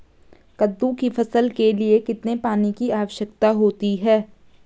कद्दू की फसल के लिए कितने पानी की आवश्यकता होती है?